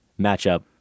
matchup